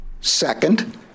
second